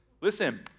Listen